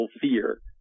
fear